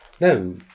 No